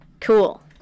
cool